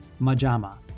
Majama